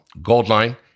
Goldline